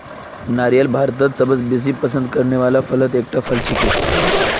नारियल भारतत सबस बेसी पसंद करने वाला फलत एकता फल छिके